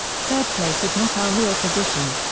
third place is not our real position.